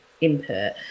input